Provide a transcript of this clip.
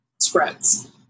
spreads